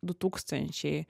du tūkstančiai